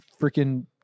freaking